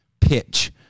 pitch